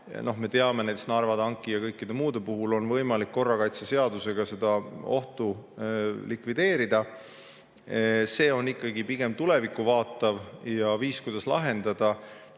me teame Narva tanki ja kõikide muude [näidete] põhjal, on võimalik korrakaitseseadusega seda ohtu likvideerida. See on ikkagi pigem tulevikku vaatav ja viis, kuidas lahendada.